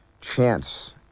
chance